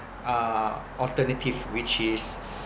uh alternative which is